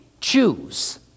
choose